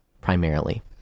primarily